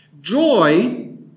Joy